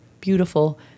beautiful